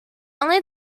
only